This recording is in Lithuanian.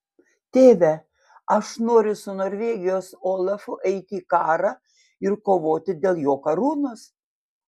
tėve aš noriu su norvegijos olafu eiti į karą ir kovoti dėl jo karūnos